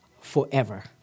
forever